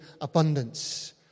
abundance